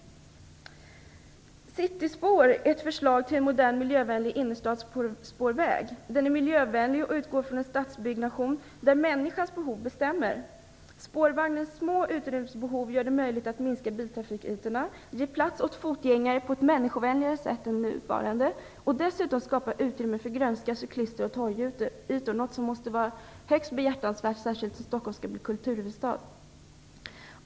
Cityspår är ett förslag om en modern miljövänlig innerstadsspårväg. Den är miljövänlig och utgår från en stadsbyggnation där människans behov bestämmer. Spårvagnens små utrymmesbehov gör det möjligt att minska biltrafikytorna, ger plats åt fotgängare på ett människovänligare sätt än det nuvarande och skapar dessutom utrymme för grönska, cyklister och torgytor - något som måste vara högst behjärtansvärt, särskilt eftersom Stockholm skall bli kulturhuvudstad.